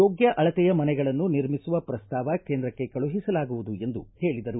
ಯೋಗ್ಯ ಅಳತೆಯ ಮನೆಗಳನ್ನು ನಿರ್ಮಿಸುವ ಪ್ರಸ್ತಾವ ಕೇಂದ್ರಕ್ಕೆ ಕಳುಹಿಸಲಾಗುವುದು ಎಂದು ಹೇಳಿದರು